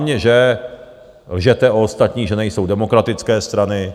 Hlavně že lžete o ostatních, že nejsou demokratické strany.